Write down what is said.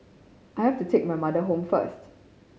I have to take my mother home first